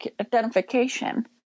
identification